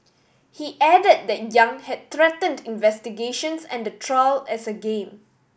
he added that Yang had threatened investigations and the trial as a game